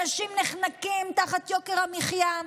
אנשים נחנקים תחת יוקר המחיה,